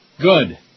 Good